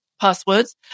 passwords